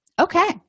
okay